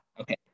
Okay